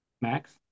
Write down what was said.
Max